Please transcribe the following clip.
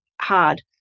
hard